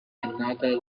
another